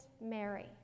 Mary